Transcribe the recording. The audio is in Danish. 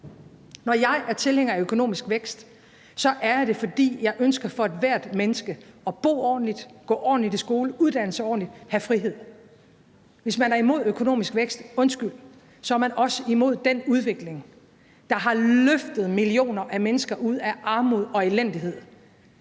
Når jeg er tilhænger af økonomisk vækst, er jeg det, fordi jeg ønsker for ethvert menneske, at de kan bo ordentligt, gå ordentligt i skole, uddanne sig ordentligt og have frihed. Hvis man er imod økonomisk vækst – undskyld – så er man også imod den udvikling, der har løftet millioner af mennesker ud af armod og elendighed